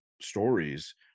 stories